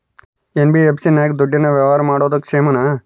NBFC ನಾಗ ದುಡ್ಡಿನ ವ್ಯವಹಾರ ಮಾಡೋದು ಕ್ಷೇಮಾನ?